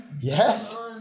yes